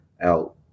out